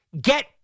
get